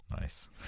Nice